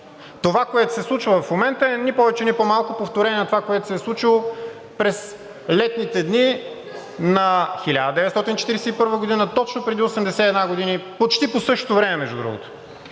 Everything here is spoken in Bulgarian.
Това, което се случва в момента, е ни повече, ни по-малко повторение на това, което се е случило през летните дни на 1941 г., точно преди 81 години, почти по същото време, между другото,